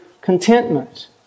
contentment